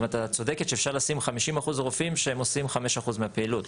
את צודקת שאפשר לשים 50% רופאים שהם עושים 5% מהפעילות.